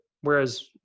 Whereas